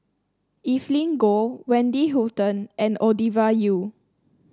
Evelyn Goh Wendy Hutton and Ovidia Yu